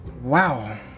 Wow